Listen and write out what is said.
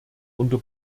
unter